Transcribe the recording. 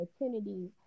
opportunities